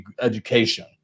education